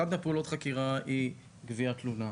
אחת מפעולות החקירה היא גביית תלונה.